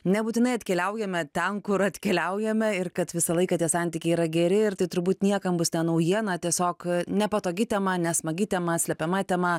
nebūtinai atkeliaujame ten kur atkeliaujame ir kad visą laiką tie santykiai yra geri ir tai turbūt niekam bus naujiena tiesiog nepatogi tema nesmagi tema slepiama tema